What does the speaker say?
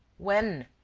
when?